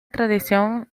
tradición